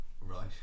Right